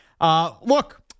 Look